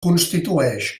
constitueix